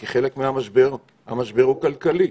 כי חלק מהמשבר הוא כלכלי.